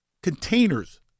containers